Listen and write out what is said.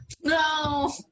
No